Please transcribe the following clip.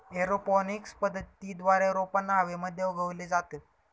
aeroponics पद्धतीद्वारे रोपांना हवेमध्ये उगवले जाते